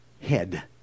head